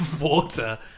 water